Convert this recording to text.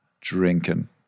drinking